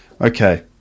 okay